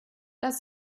das